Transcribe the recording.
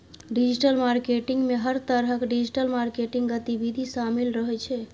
digital marketing मे हर तरहक डिजिटल मार्केटिंग गतिविधि शामिल रहै छै